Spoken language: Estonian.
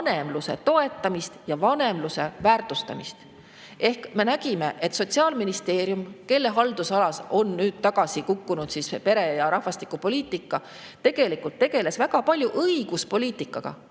vanemluse toetamist ja vanemluse väärtustamist. Me nägime, et Sotsiaalministeerium, kelle haldusalasse on nüüd tagasi kukkunud pere- ja rahvastikupoliitika, tegeles tegelikult väga palju õiguspoliitikaga